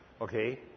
Okay